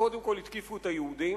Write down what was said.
וקודם כול התקיפו את היהודים,